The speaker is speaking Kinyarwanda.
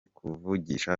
kuvugisha